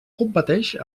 competeix